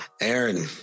Aaron